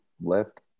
left